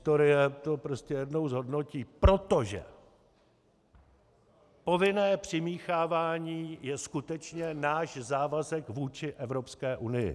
Historie to prostě jednou zhodnotí, protože povinné přimíchávání je skutečně náš závazek vůči Evropské unii.